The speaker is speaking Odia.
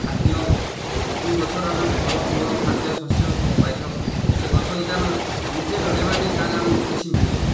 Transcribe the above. ଖାଦ୍ୟ ଯେଉଁ ଗଛର ଆମେ ଫଳ ମୂଳ ଖାଦ୍ୟ ଶସ୍ୟ ସବୁ ପାଇଥାଉ ସେ ଗଛ ଯଦି ଆମେ ନିଜେ ଲଗେଇବାନି ତା'ହେଲେ ଆମକୁ କିଛି ମିଳିବ ନାହିଁ